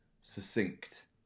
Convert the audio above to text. succinct